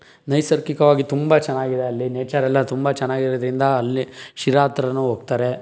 ನೈಸರ್ಗಿಕವಾಗಿ ತುಂಬ ಚೆನ್ನಾಗಿದೆ ಅಲ್ಲಿ ನೇಚರ್ ಎಲ್ಲ ತುಂಬ ಚೆನ್ನಾಗಿರೋದರಿಂದ ಅಲ್ಲಿ ಶಿರಾ ಹತ್ರನೂ ಹೋಗ್ತಾರೆ